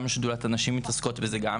גם שדולת הנשים מתעסקות בזה.